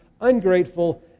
ungrateful